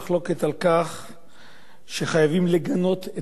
שחייבים לגנות את אלה שעושים את המעשים הנפשעים האלה.